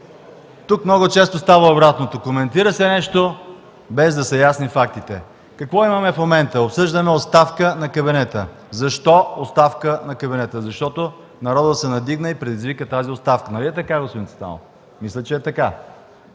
Тук много често става обратното – коментира се нещо, без да са ясни фактите. Какво имаме в момента? Обсъждаме оставка на кабинета. Защо оставка на кабинета? Защото народът се надигна и предизвика тази оставка. Нали е така, господин Цветанов? Мисля, че е така.